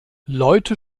leute